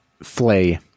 Flay